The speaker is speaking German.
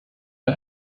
man